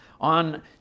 on